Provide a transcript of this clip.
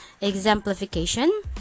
exemplification